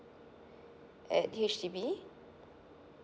at H_D_B